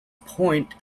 point